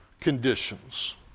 conditions